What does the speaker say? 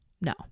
No